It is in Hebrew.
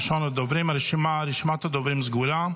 ראשון הדוברים, רשימת הדוברים סגורה,